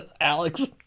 Alex